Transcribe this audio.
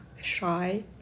shy